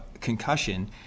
concussion